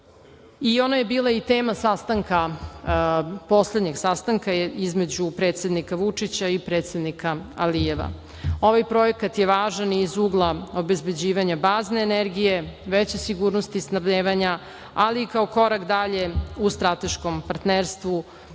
Ona je bila i tema sastanka, poslednjeg sastanka između predsednika Vučića i predsednika Alijeva. Ovaj projekat je važan i iz ugla obezbeđivanja bazne energije, veće sigurnosti snabdevanja, ali i kao korak dalje u strateškom partnerstvu